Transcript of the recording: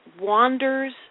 wanders